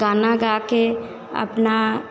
गाना गाकर अपना